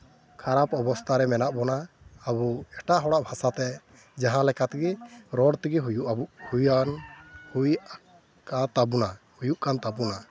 ᱠᱷᱟᱨᱟᱯ ᱚᱵᱚᱥᱛᱷᱟ ᱨᱮ ᱢᱮᱱᱟᱜ ᱵᱚᱱᱟ ᱟᱵᱚ ᱮᱴᱟᱜ ᱦᱚᱲᱟᱜ ᱵᱷᱟᱥᱟᱛᱮ ᱡᱟᱦᱟᱸ ᱞᱮᱠᱟᱛᱮᱜᱮ ᱨᱚᱲ ᱛᱮᱜᱮ ᱦᱩᱭᱩᱜ ᱟᱵᱚ ᱦᱩᱭᱟᱱ ᱦᱩᱭᱩᱜ ᱠᱟᱱ ᱛᱟᱵᱳᱱᱟ